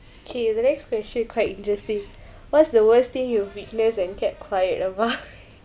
kay the next question quite interesting what's the worst thing you've witnessed and kept quiet about